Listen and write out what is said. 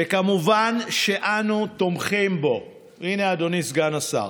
וכמובן שאנו תומכים בו, הינה, אדוני סגן השר.